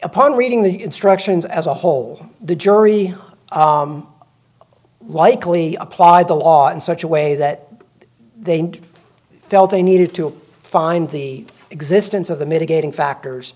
pon reading the instructions as a whole the jury likely applied the law in such a way that they felt they needed to find the existence of the mitigating factors